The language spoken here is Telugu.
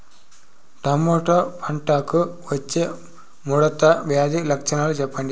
టమోటా పంటకు వచ్చే ముడత వ్యాధి లక్షణాలు చెప్పండి?